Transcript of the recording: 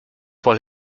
voll